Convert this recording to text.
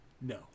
No